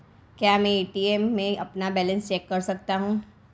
क्या मैं ए.टी.एम में अपना बैलेंस चेक कर सकता हूँ?